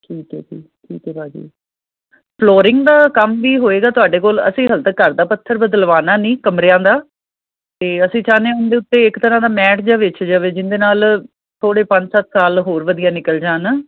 ਠੀਕ ਹੈ ਜੀ ਠੀਕ ਹੈ ਭਾਅ ਜੀ ਫਲੋਰਿੰਗ ਦਾ ਕੰਮ ਵੀ ਹੋਏਗਾ ਤੁਹਾਡੇ ਕੋਲ ਅਸੀਂ ਹਾਲੇ ਤੱਕ ਘਰ ਦਾ ਪੱਥਰ ਬਦਲਾਉਣਾ ਨਹੀਂ ਕਮਰਿਆਂ ਦਾ ਅਤੇ ਅਸੀਂ ਚਾਹੁੰਦੇ ਹਾਂ ਕਿ ਉਹਨਾਂ ਦੇ ਉੱਤੇ ਇੱਕ ਤਰ੍ਹਾਂ ਦਾ ਮੈਟ ਜਿਹਾ ਵਿੱਛ ਜਾਵੇ ਜਿਹਦੇ ਨਾਲ ਥੋੜ੍ਹੇ ਪੰਜ ਸੱਤ ਸਾਲ ਹੋਰ ਵਧੀਆ ਨਿਕਲ ਜਾਣ